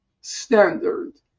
standard